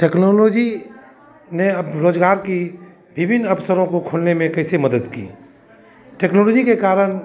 technology ने अब रोजगार के विभिन्न अवसरों को खोलने में कैसे मदद की टेक्नोलॉजी के कारण